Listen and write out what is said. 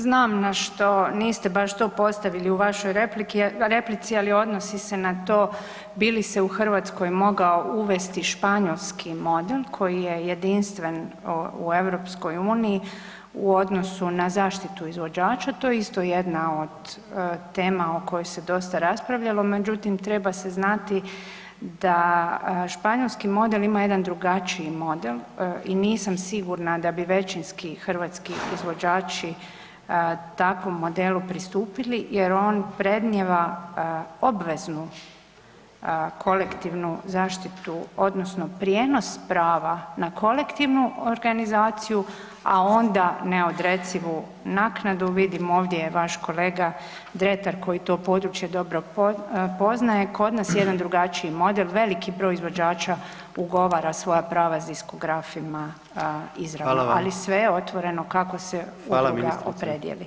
Znam na što, niste baš to postavili u vašoj replici ali odnosi se na to bi li se u Hrvatskoj mogao uvesti španjolski model koji je jedinstven u EU-u, u odnosu na zaštitu izvođača, to je isto jedna od tema o kojih se dosta raspravljalo, međutim treba se znati da španjolski model ima jedan drugačiji model i nisam sigurna da bi većinski hrvatski izvođači takvom modelu pristupili jer on predmnijeva obveznu kolektivnu zaštitu odnosno prijenos prava na kolektivnu organizaciju a onda neodrecivu naknadu, vidimo ovdje je vaš kolega Dretar koji to područje dobro poznaje, kod nas je jedan drugačiji model, veliki broj izvođača ugovara svoja prava s diskografima izravno, [[Upadica predsjednik: Hvala.]] ali je sve otvoreno kako se udruga opredijeli.